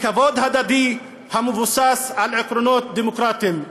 בכבוד הדדי המבוסס על עקרונות דמוקרטיים.